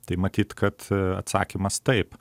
tai matyt kad atsakymas taip